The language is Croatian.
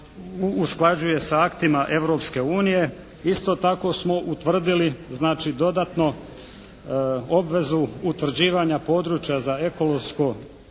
usklađuje s aktima Europske unije. Isto tako smo utvrdili znači dodatno obvezu utvrđivanja područja za ekološko